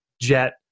Jet